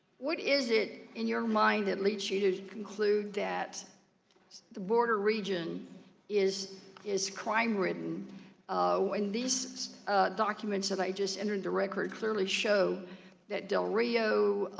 what is it in your mind that leads you to conclude that the border region is is crime-ridden when these documents that i just entered into the record clearly show that del rio,